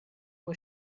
was